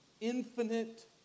infinite